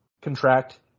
contract